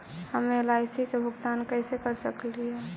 हम एल.आई.सी के भुगतान कैसे कर सकली हे?